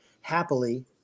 happily